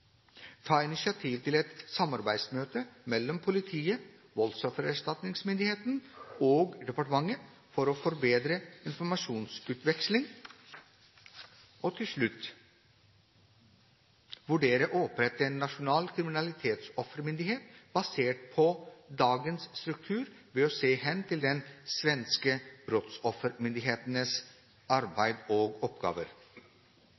ta initiativ til et samarbeidsmøte mellom politiet, voldsoffererstatsningsmyndigheten og departementet for å forbedre informasjonsutveksling, og til slutt: vurdere å opprette en nasjonal kriminalitetsoffermyndighet basert på dagens struktur ved å se hen til den svenske